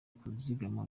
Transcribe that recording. kuzigama